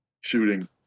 shooting